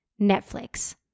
Netflix